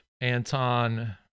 Anton